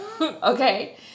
okay